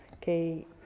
que